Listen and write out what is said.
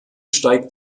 steigt